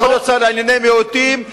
שהוא שר לענייני מיעוטים,